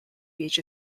beach